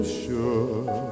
sure